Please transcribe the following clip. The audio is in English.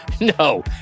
No